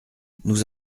nous